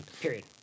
period